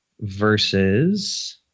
versus